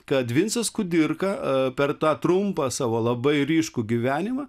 kad vincas kudirka per tą trumpą savo labai ryškų gyvenimą